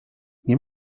nie